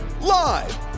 Live